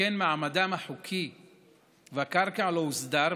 שכן מעמדן החוקי בקרקע לא הוסדר,